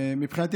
מבחינתי,